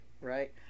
right